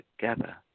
together